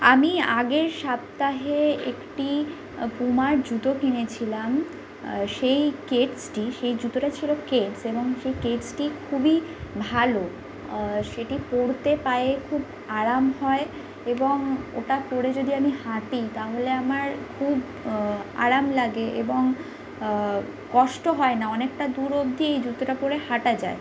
আমি আগের সাপ্তাহে একটি পুমার জুতো কিনেছিলাম সেই কেডসটি সেই জুতোটা ছিলো কেডস এবং সেই কেডসটি খুবই ভালো সেটি পরতে পায়ে খুব আরাম হয় এবং ওটা পরে যদি আমি হাঁটি তাহলে আমার খুব আরাম লাগে এবং কষ্ট হয় না অনেকটা দূর অব্দি এই জুতোটা পরে হাঁটা যায়